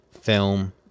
film